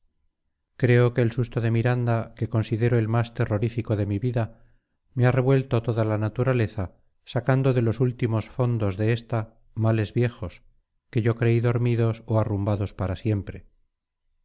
creo que el susto de miranda que considero el más terrorífico de mi vida me ha revuelto toda la naturaleza sacando de los últimos fondos de esta males viejos que yo creí dormidos o arrumbados para siempre